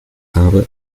habe